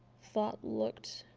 thought looked